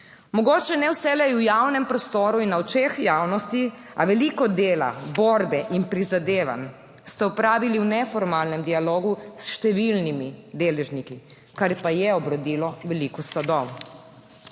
Mogoče ne vselej v javnem prostoru in na očeh javnosti, a veliko dela, borbe in prizadevanj ste opravili v neformalnem dialogu s številnimi deležniki, kar pa je obrodilo veliko sadov.